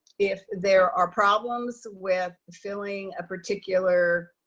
if there are problems with filling a particular